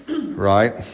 right